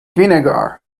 vinegar